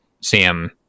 Sam